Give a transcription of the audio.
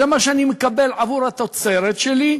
זה מה שאני מקבל עבור התוצרת שלי.